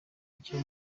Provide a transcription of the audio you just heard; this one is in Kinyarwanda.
icyo